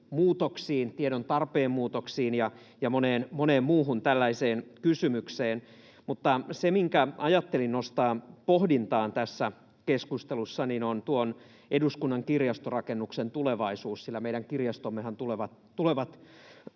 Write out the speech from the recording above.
muutoksiin, tiedon tarpeen muutoksiin ja moneen muuhun tällaiseen kysymykseen. Se, minkä ajattelin nostaa pohdintaan tässä keskustelussa, on tuon eduskunnan kirjastorakennuksen tulevaisuus, sillä meidän kirjastommehan tulevat